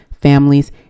families